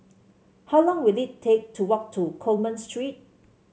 how long will it take to walk to Coleman Street